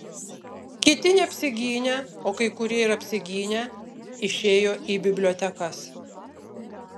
kiti neapsigynę o kai kurie ir apsigynę išėjo į bibliotekas